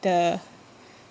the